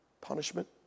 punishment